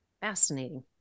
Fascinating